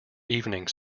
evening